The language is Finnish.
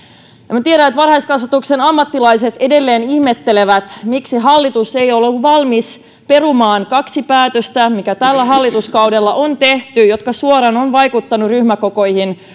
minä tiedän että varhaiskasvatuksen ammattilaiset edelleen ihmettelevät miksi hallitus ei ole ollut valmis perumaan kahta päätöstä jotka tällä hallituskaudella on tehty ja jotka suoraan ovat vaikuttaneet ryhmäkokoihin